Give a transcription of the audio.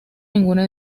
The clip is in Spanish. ninguna